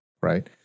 right